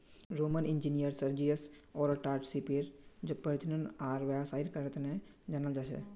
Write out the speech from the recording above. Roman engineer Sergius ओराटाक सीपेर प्रजनन आर व्यावसायीकरनेर तने जनाल जा छे